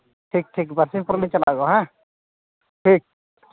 ᱴᱷᱤᱠ ᱴᱷᱤᱠ ᱵᱟᱨᱥᱤᱧ ᱯᱚᱨᱮᱞᱤᱧ ᱪᱟᱞᱟᱜᱼᱟ ᱜᱳ ᱦᱮᱸ ᱴᱷᱤᱠ